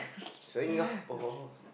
Singapore